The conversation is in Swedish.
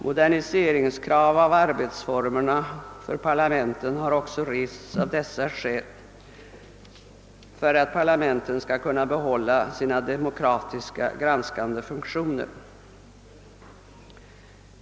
Moderniseringskrav beträffande arbetsformerna för parlamenten har också rests av dessa skäl för att parlamenten skall kunna behålla sina demokratiska granskande funktioner.